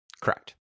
Correct